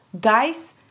guys